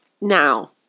Now